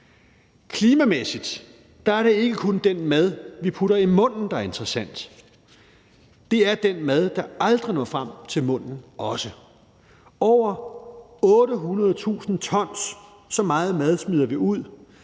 Klimamæssigt er det ikke kun den mad, vi putter i munden, der er interessant. Det er den mad, der aldrig når frem til munden også. Over 800.000 t mad smider vi ud.